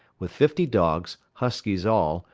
with fifty dogs, huskies all,